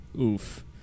oof